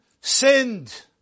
sinned